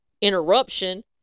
Interruption